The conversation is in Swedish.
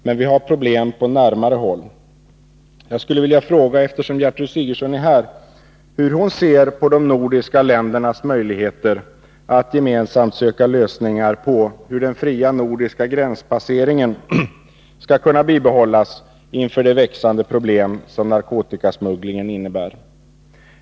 Men vi har problem på närmare håll. Eftersom Gertrud Sigurdsen är här, skulle jag vilja fråga hur hon ser på de nordiska ländernas möjligheter att gemensamt söka lösningar på hur den fria nordiska gränspasseringen skulle kunna bibehållas inför de växande problem som narkotikasmugglingen innebär.